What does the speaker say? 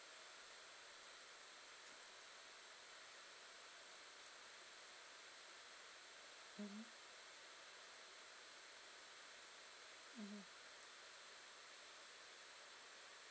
mmhmm mmhmm